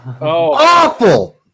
Awful